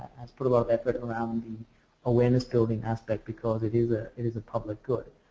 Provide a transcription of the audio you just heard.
put a lot effort around the awareness building aspect because it is ah it is a public good.